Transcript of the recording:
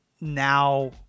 now